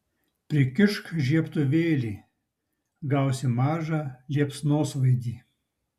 prikišk žiebtuvėlį gausi mažą liepsnosvaidį